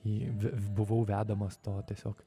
ir ve buvau vedamas to tiesiog